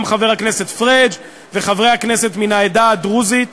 גם חבר הכנסת פריג' וחברי הכנסת מן העדה הדרוזית,